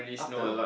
after